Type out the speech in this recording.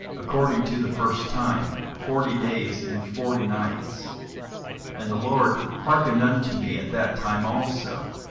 according to the first time, forty days and forty nights and the lord hearkened unto me at that time also,